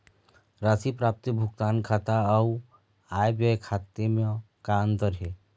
राशि प्राप्ति भुगतान खाता अऊ आय व्यय खाते म का अंतर हे?